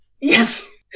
Yes